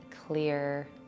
clear